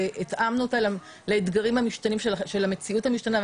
התאמנו אותה לאתגרים המשתנים של המציאות המשתנה.